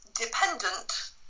dependent